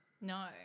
no